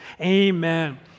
amen